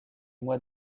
mois